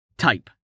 Type